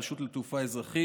רשות התעופה האזרחית,